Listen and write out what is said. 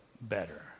better